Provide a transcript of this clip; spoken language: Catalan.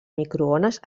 microones